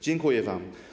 Dziękuję wam.